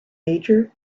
major